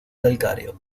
calcáreo